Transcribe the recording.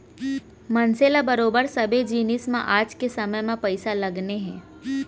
मनसे ल बरोबर सबे जिनिस म आज के समे म पइसा लगने हे